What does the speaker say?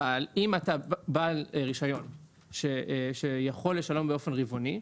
אבל אם אתה בעל רישיון שיכול לשלם באופן רבעוני,